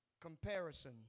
comparison